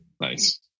Nice